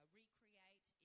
recreate